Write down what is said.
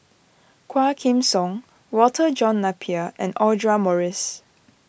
Quah Kim Song Walter John Napier and Audra Morrice